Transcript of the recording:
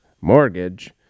mortgage